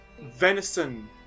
Venison